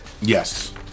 Yes